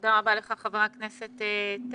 תודה רבה לך, חבר הכנסת טאהא.